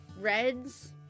reds